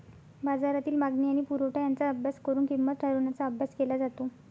बाजारातील मागणी आणि पुरवठा यांचा अभ्यास करून किंमत ठरवण्याचा अभ्यास केला जातो